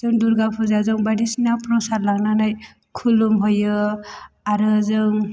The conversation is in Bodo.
जों दुर्गा फुजाजों बायदिसिना प्रसाद लानानै खुलुमहोयो आरो जों